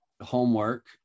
homework